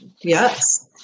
Yes